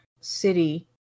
City